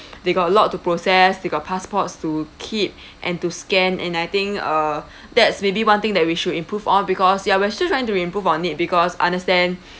they got a lot to process they got passports to keep and to scan and I think uh that's maybe one thing that we should improve on because ya we're still trying to improve on it because understand